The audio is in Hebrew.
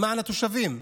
למען התושבים: